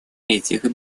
этих